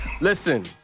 Listen